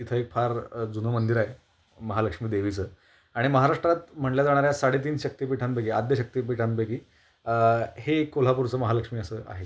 इथं एक फार जुनं मंदिर आहे महालक्ष्मी देवीचं आणि महाराष्ट्रात म्हटल्या जाणाऱ्या साडेतीन शक्तीपीठांपैकी आद्यशक्तीपीठांपैकी हे एक कोल्हापूरचं महालक्ष्मी असं आहे